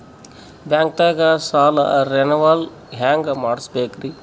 ಬ್ಯಾಂಕ್ದಾಗ ಸಾಲ ರೇನೆವಲ್ ಹೆಂಗ್ ಮಾಡ್ಸಬೇಕರಿ?